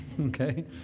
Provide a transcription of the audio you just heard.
okay